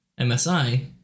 MSI